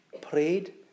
prayed